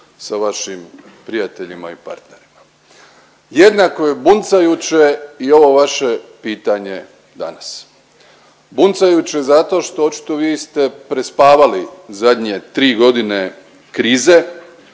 sa vašim prijateljima i partnerima. Jednako je buncajuće i ovo vaše pitanje danas, buncajuće zato što očito vi ste prespavali zadnje 3.g. krize